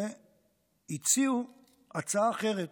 והציעו הצעה אחרת.